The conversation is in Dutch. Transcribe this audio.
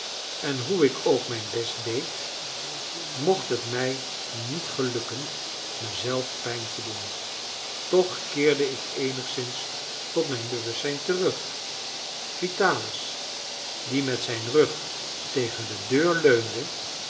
en hoe ik ook mijn best deed mocht het mij niet gelukken mezelf pijn te doen toch keerde ik eenigszins tot mijn bewustzijn terug vitalis die met zijn rug tegen de deur leunde